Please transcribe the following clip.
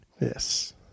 Yes